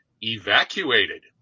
evacuated